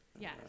Yes